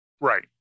right